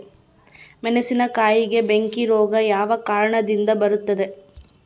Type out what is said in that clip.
ಮೆಣಸಿನಕಾಯಿಗೆ ಬೆಂಕಿ ರೋಗ ಯಾವ ಕಾರಣದಿಂದ ಬರುತ್ತದೆ?